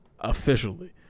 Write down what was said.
Officially